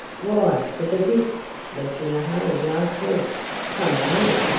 why the babbitts left in a hurry last week some one ill.